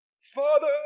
Father